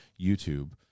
YouTube